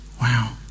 Wow